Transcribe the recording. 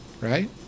right